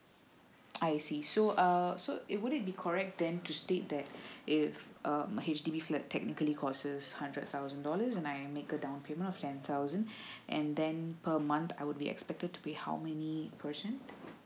I see so uh so it would it be correct then to state that if um H_D_B flat technically causes hundred thousand dollars and I make a down payment of ten thousand and then per month I would be expected to pay how many percent